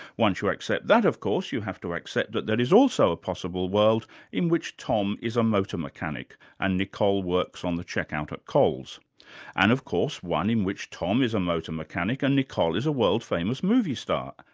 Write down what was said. once you accept that, of course, you have to accept but that there is also a possible world in which tom is a motor mechanic and nicole works on the checkout at coles and of course one in which tom is a motor mechanic nicole is a world-famous movie star,